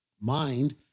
Mind